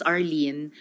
Arlene